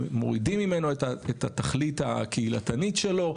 מורידים ממנו את התכלית הקהילתנית שלו,